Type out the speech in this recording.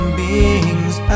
beings